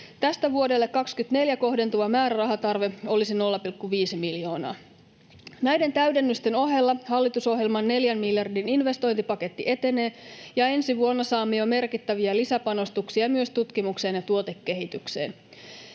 Tästä vuodelle 24 kohdentuva määrärahatarve olisi 0,5 miljoonaa. Näiden täydennysten ohella hallitusohjelman neljän miljardin investointipaketti etenee, ja ensi vuonna saamme jo merkittäviä lisäpanostuksia myös tutkimukseen ja tuotekehitykseen.